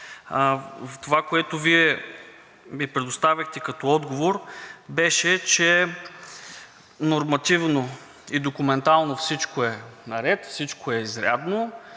Това, което Вие ми предоставихте като отговор, беше, че нормативно и документално всичко е наред, всичко е изрядно;